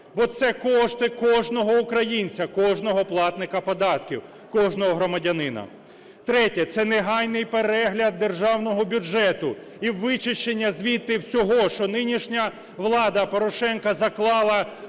бо це кошти кожного українця, кожного платника податків, кожного громадянина. Третє – це негайний перегляд Державного бюджету і вичищення з нього всього, що нинішня влада Порошенка заклала туди